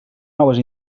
noves